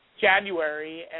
January